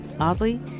Oddly